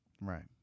Right